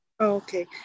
Okay